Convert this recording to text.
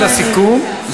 בהתאם לסיכום,